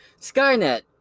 Skynet